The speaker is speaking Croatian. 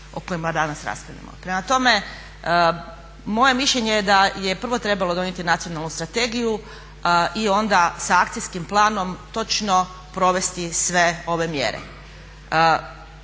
o kojima danas raspravljamo. Prema tome, moje je mišljenje da je prvo trebalo donijeti Nacionalnu strategiju i onda sa akcijskim planom točno provesti sve ove mjere.